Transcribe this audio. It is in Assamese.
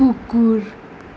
কুকুৰ